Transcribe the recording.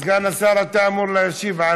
סגן השר, אתה אמור להשיב.